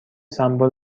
سمبل